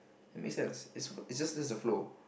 it make sense it's it's just this the flow